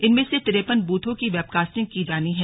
इनमें से तिरेपन बूथों की वेबकास्टिंग की जानी हैं